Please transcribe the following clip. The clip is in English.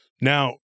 now